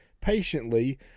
patiently